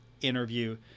interview